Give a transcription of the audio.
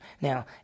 Now